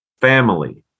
FAMILY